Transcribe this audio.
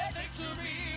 victory